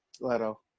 Leto